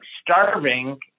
starving